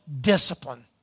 Discipline